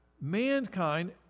mankind